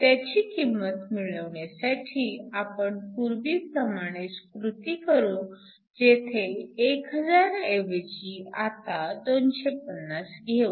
त्याची किंमत मिळवण्यासाठी आपण पूर्वीप्रमाणेच कृती करू जेथे 1000 ऐवजी आता 250 घेऊ